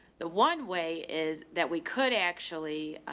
the one way is that we could actually,